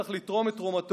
צריך לתרום את תרומתו,